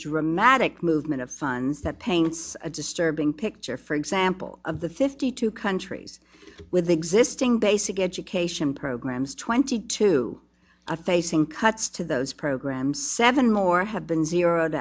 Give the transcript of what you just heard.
dramatic movement of funds that paints a disturbing picture for example of the fifty two countries with existing basic education programs twenty two a facing cuts to those programs seven more ha